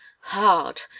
Hard